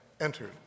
entered